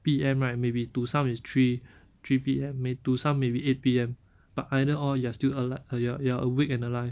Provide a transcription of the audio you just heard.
P_M right may be to some is three three P_M may to some may be eight P_M but either or you are still alive uh you are awake and alive